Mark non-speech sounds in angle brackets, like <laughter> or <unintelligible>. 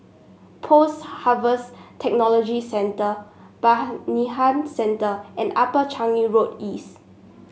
Post Harvest Technology Centre <unintelligible> Centre and Upper Changi Road East